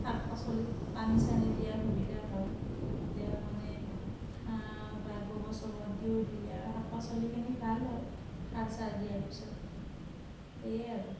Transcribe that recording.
শাক পাচলিত পানী চানী দিয়াৰ সুবিধা হয় তেতিয়া মানে সা বা গোবৰ চোবৰ দিওঁ দিলে আৰু শাক পাচলিখিনি ভাল হয় সাৰ চাৰ দিয়াৰ পিছত সেইয়াই আৰু